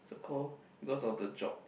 so called cause of the job